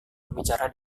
berbicara